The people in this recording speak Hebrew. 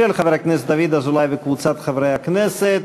של חבר הכנסת דוד אזולאי וקבוצת חברי הכנסת,